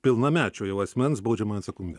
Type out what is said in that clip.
pilnamečio jau asmens baudžiamąją atsakomybę